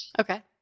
okay